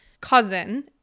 cousin